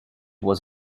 was